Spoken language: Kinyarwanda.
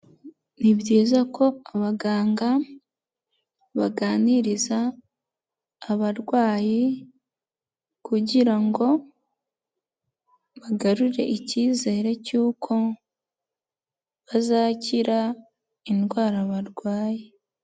Ni byiza ko abaganga baganiriza abarwayi kugira ngo bagarure ikizere cy'uko bazakira indwara barwaye.